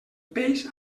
peix